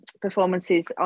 performances